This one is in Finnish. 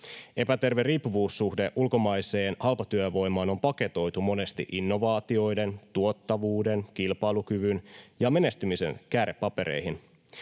Epäterve riippuvuussuhde ulkomaiseen halpatyövoimaan on paketoitu monesti innovaatioiden, tuottavuuden, kilpailukyvyn ja menestymisen käärepapereihin.